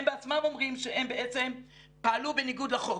הם בעצמם אומרים שהם בעצם פעלו בניגוד לחוק.